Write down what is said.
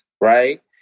Right